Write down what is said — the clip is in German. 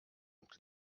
und